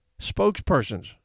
spokespersons